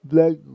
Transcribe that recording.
Black